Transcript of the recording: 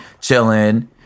Chilling